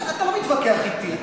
אתה לא מתווכח אתי,